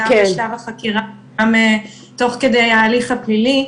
גם בשלב החקירה וגם תוך כדי ההליך הפלילי.